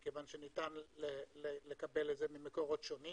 מפני שניתן לקבל זאת ממקורות שונים